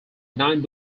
nine